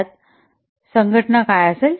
त्यात संघटना काय असेल